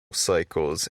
cycles